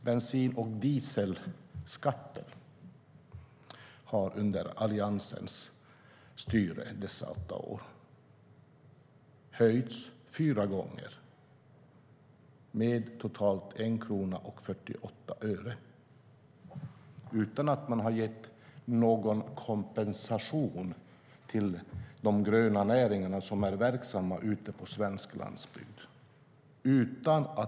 Bensin och dieselskatten har under åtta år av alliansstyre höjts fyra gånger med totalt 1,48 kronor. Man har dock inte gett någon kompensation till de gröna näringar som är verksamma på svensk landsbygd.